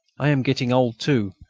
i am getting old too,